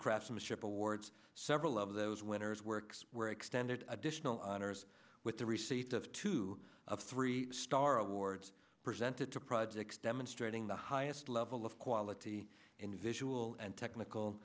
craftsmanship awards several of those winners works were extended additional honors with the receipt of two of three star awards presented to projects demonstrating the highest level of quality and visual and technical